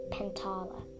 Pentala